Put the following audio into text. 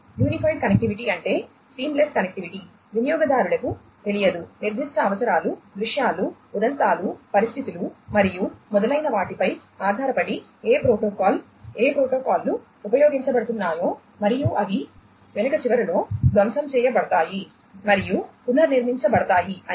unified connectivity అంటే seamless connectivity వినియోగదారులకు తెలియదు నిర్దిష్ట అవసరాలు దృశ్యాలు ఉదంతాలు పరిస్థితులు మరియు మొదలైన వాటిపై ఆధారపడి ఏ ప్రోటోకాల్ ఏ ప్రోటోకాల్లు ఉపయోగించబడుతున్నాయో మరియు అవి వెనుక చివరలో ధ్వంసం చేయబడతాయి మరియు పునర్నిర్మించబడతాయి అని